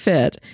Fit